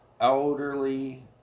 elderly